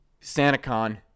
SantaCon